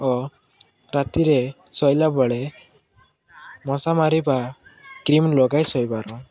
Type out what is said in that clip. ଓ ରାତିରେ ଶୋଇଲା ବେଳେ ମଶା ମାରିବା କ୍ରିମ୍ ଲଗାଇ ଶୋଇବାରୁ